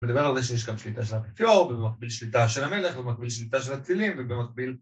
מדבר על זה שיש גם שליטה של האפיפיור ובמקביל שליטה של המלך ובמקביל שליטה של אצילים ובמקביל